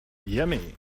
yummy